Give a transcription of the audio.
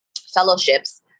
fellowships